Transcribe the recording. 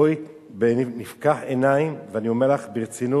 בואי נפקח עיניים, ואני אומר לך ברצינות,